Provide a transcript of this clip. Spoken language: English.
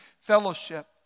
fellowship